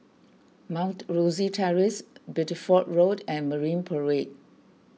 Mount Rosie Terrace Bideford Road and Marine Parade